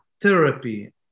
therapy